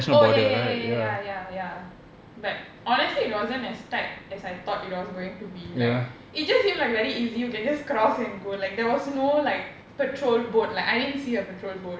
oh ya ya ya ya ya ya ya but honestly it wasn't as tight as I thought it was going to be like it just seemed like very easy you can just cross and go like there was no like patrol boat like I didn't see a patrol boat